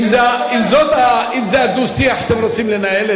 אם זה הדו-שיח שאתם רוצים לנהל,